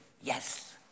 yes